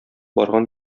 барган